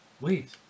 Wait